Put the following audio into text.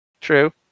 true